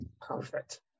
Perfect